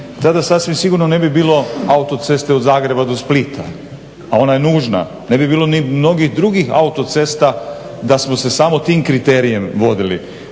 tada sasvim sigurno ne bi bilo autoceste od Zagreba do Splita, a ona je nužna. Ne bi bilo ni mnogih drugih autocesta da smo se samo tim kriterijem vodili.